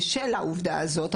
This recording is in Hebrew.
בשל העובדה הזאת,